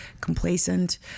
complacent